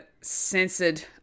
censored